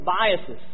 biases